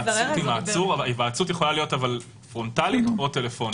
ההיוועצות יכולה להיות פרונטלית או טלפונית.